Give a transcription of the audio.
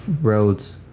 roads